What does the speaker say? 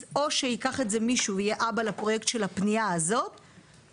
אז או שייקח את זה מישהו ויהיה אבא לפרויקט של הפניה הזו --- אנחנו,